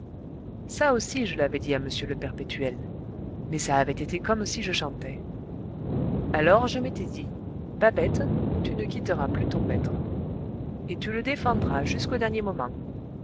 ça aussi je l'avais dit à m le perpétuel mais ça avait été comme si je chantais alors je m'étais dit babette tu ne quitteras plus ton maître et tu le défendras jusqu'au dernier moment